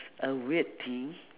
a weird thing